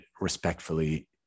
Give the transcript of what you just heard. respectfully